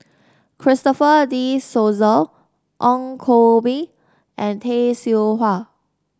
Christopher De Souza Ong Koh Bee and Tay Seow Huah